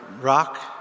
rock